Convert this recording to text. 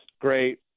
great